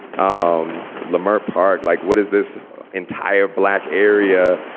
um lammert park, like, what is this entire black area?